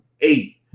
eight